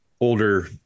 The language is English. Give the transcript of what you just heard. older